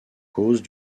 cause